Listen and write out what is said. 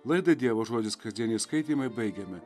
laidą dievo žodis kasdieniai skaitymai baigiame